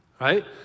right